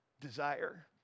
desire